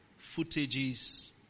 footages